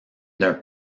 d’un